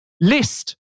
List